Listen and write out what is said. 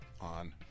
on